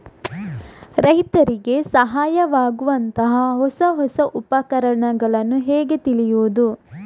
ರೈತರಿಗೆ ಸಹಾಯವಾಗುವಂತಹ ಹೊಸ ಹೊಸ ಉಪಕರಣಗಳನ್ನು ಹೇಗೆ ತಿಳಿಯುವುದು?